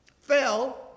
fell